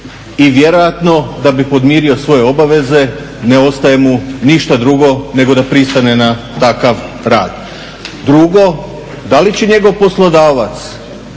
i vjerojatno da bi podmirio svoje obaveze ne ostaje mu ništa drugo nego da pristane na takav rad. Drugo, da li će njegov poslodavac